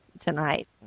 tonight